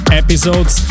episodes